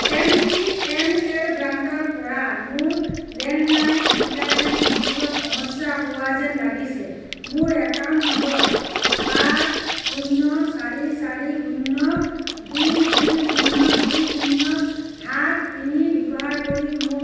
M T N L ব্ৰডবেণ্ডৰপৰা মোৰ landline internet সংযোগত সমস্যা হোৱা যেন লাগিছে মোৰ একাউণ্ট নম্বৰ পাঁচ শূন্য চাৰি চাৰি শূন্য দুই দুই শূন্য দুই শূন্য সাত তিনি ব্যৱহাৰ কৰি মোৰ